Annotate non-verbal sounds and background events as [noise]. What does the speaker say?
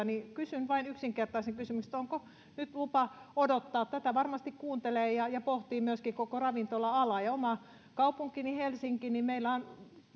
[unintelligible] niin kysyn vain yksinkertaisen kysymyksen että onko nyt lupa odottaa tätä varmasti kuuntelee ja ja pohtii myöskin koko ravintola ala omassa kaupungissani helsingissä meillä on